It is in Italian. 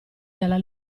dalla